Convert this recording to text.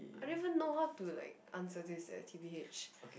I didn't even know how to like answer this eh t_b_h